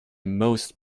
most